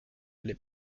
les